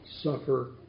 suffer